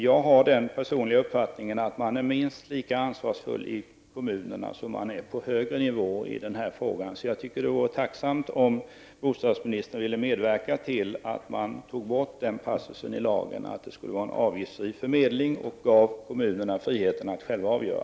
Jag har den personliga uppfattningen att man i denna fråga är minst lika ansvarsfull i kommunerna som man är på högre nivå. Det vore därför tacksamt om bostadsministern ville medverka till att den passus i lagen som säger att förmedlingen skall vara avgiftsfri togs bort och att kommunerna gavs friheten att själva avgöra.